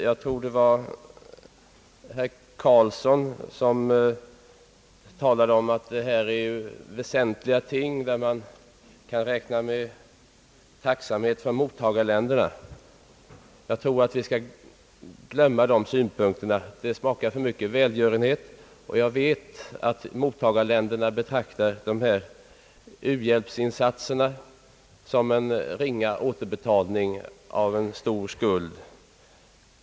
Jag tror det var herr Carlsson som sade att det gäller väsentliga ting, där man kan räkna med tacksamhet från mottagarländerna. Jag tror att vi skall glömma alla sådana synpunkter. Det smakar för mycket välgörenhet. Jag vet att mottagarländerna betraktar dessa u-hjälpsinsatser som en ringa återbetalning av en stor skuld.